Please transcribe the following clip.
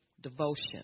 devotion